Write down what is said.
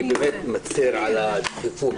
אני מצר על הדחיפות.